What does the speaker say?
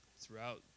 throughout